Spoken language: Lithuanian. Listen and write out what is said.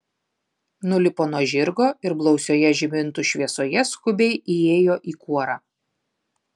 nulipo nuo žirgo ir blausioje žibintų šviesoje skubiai įėjo į kuorą